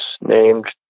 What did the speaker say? named